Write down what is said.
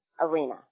arena